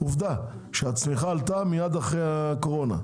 כי עובדה שהצריכה עלתה מיד אחרי הקורונה.